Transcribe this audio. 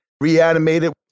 reanimated